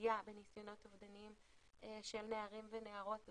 עליה בניסיונות אבדניים של נערים ונערות,